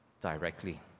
directly